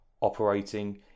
operating